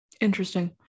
Interesting